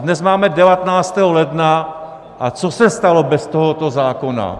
Dnes máme 19. ledna, a co se stalo bez tohoto zákona?